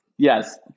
Yes